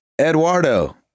Eduardo